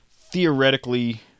theoretically